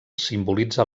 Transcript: simbolitza